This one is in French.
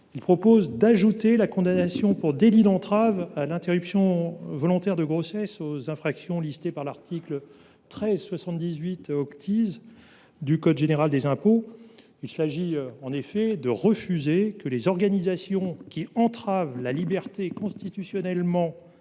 tend à ajouter la condamnation pour délit d’entrave à l’interruption volontaire de grossesse aux infractions énumérées à l’article 1378 du code général des impôts. Il s’agit de refuser que les organisations entravant la liberté constitutionnellement